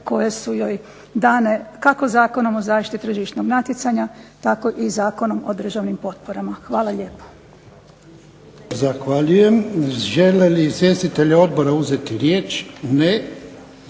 koje su joj dane kako Zakonom o zaštiti tržišnog natjecanja tako i Zakonom o državnim potporama. Hvala lijepa.